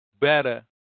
better